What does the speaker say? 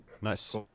Nice